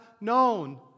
known